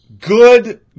good